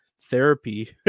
therapy